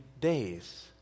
days